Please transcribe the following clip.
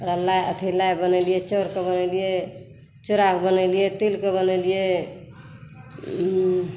लाइ अथी लाइ बनेलियै चाउर के बनेलियै चुरा के बनेलियै तिल के बनेलियै